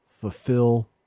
fulfill